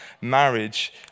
marriage